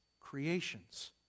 creations